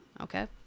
okay